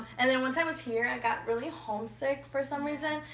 and then once i was here i got really homesick for some reason.